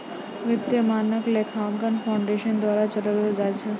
वित्तीय मानक लेखांकन फाउंडेशन द्वारा चलैलो जाय छै